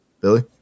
Billy